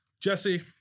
Jesse